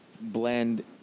blend